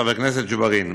חבר הכנסת ג'בארין,